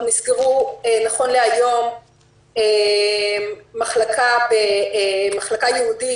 נסגרו נכון להיום מחלקה ייעודית